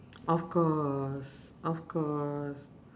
of course of course